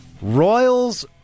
Royals